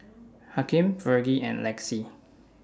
Hakim Vergie and Lexie